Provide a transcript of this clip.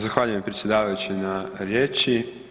Zahvaljujem predsjedavajući na riječi.